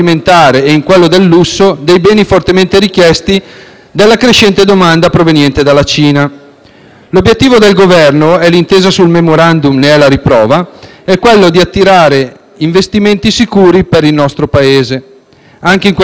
L'obiettivo del Governo - e l'intesa sul *memorandum* ne è la riprova - è di attirare investimenti sicuri per il nostro Paese. Anche in questo caso sono i numeri che ci dimostrano un enorme squilibrio all'interno degli Stati europei. Nel 2018,